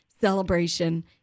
celebration